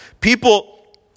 People